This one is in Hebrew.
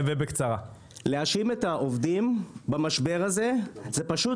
להאשים את העובדים במשבר הזה זה פשוט